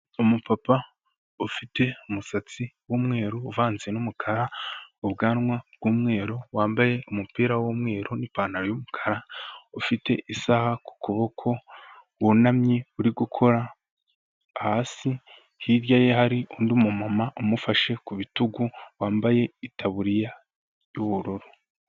Umupapa ufite umusatsi w'umweru uvanze n'umukara, ubwanwa bw'umweru, wambaye umupira w'umweru n'ipantaro y'umukara, ufite isaha ku kuboko, wunamye uri gukora hasi, hirya ye hari undi mumama umufashe ku bitugu wambaye itaburiya y'ubururu.